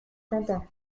quentin